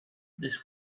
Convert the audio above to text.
this